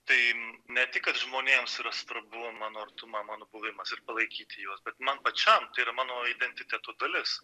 tai ne tik kad žmonėms yra svarbu mano artuma mano buvimas ir palaikyti juos bet man pačiam tai yra mano identiteto dalis